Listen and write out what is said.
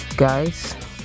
Guys